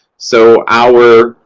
so, hour,